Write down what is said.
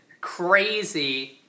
crazy